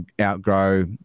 outgrow